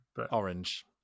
Orange